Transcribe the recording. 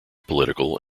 political